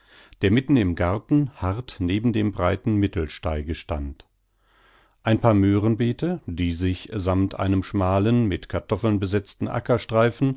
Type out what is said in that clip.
der mitten im garten hart neben dem breiten mittelsteige stand ein paar möhrenbeete die sich sammt einem schmalen mit kartoffeln besetzten